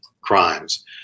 crimes